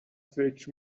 فکر